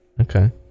okay